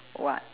what